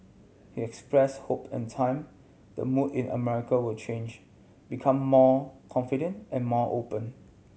he expressed hope end time the mood in America will change become more confident and more open